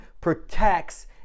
protects